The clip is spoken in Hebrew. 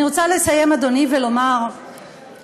אדוני, אני רוצה לסיים ולומר שבזמנו,